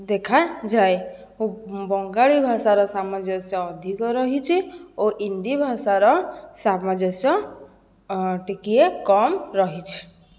ଦେଖାଯାଏ ଓ ବଙ୍ଗାଳୀ ଭାଷାର ସାମଞ୍ଜସ୍ୟ ଅଧିକ ରହିଛି ଓ ହିନ୍ଦୀ ଭାଷାର ସାମଞ୍ଜସ୍ୟ ଟିକିଏ କମ୍ ରହିଛି